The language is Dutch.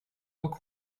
ook